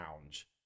lounge